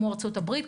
כמו ארצות הברית,